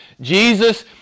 Jesus